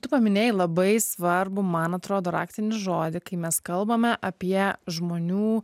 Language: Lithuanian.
tu paminėjai labai svarbų man atrodo raktinį žodį kai mes kalbame apie žmonių